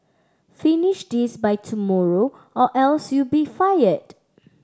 finish this by tomorrow or else you'll be fired